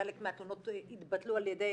חלק מהתלונות התבטלו על ידי